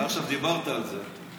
עכשיו דיברת על זה.